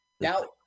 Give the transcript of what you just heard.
Now